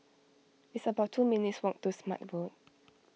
it's about two minutes' walk to Smart Road